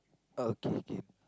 okay okay